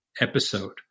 episode